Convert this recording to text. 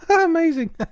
amazing